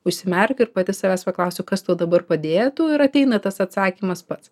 užsimerkiu ir pati savęs paklausiu kas tau dabar padėtų ir ateina tas atsakymas pats